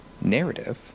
narrative